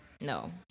No